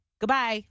Goodbye